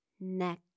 neck